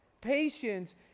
Patience